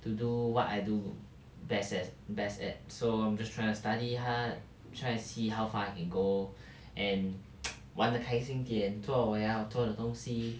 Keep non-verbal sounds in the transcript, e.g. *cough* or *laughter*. to do what I do best as best at so I'm just trying to study hard tryna see how far I can go and *noise* 玩得开心点做我要做的东西